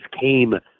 came